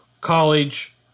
college